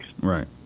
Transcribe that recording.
Right